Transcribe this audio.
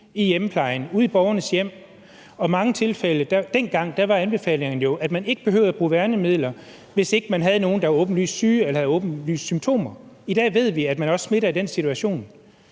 i hjemmeplejen, ude i borgernes hjem. Og dengang var anbefalingen jo, at man ikke behøvede at bruge værnemidler, hvis ikke man havde nogen, der var åbenlyst syge eller havde åbenlyse symptomer. I dag ved vi, at man også smitter i den situation.